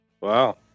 wow